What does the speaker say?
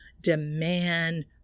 Demand